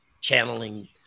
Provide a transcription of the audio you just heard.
channeling